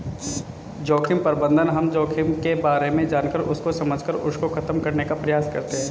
जोखिम प्रबंधन हम जोखिम के बारे में जानकर उसको समझकर उसको खत्म करने का प्रयास करते हैं